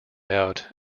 out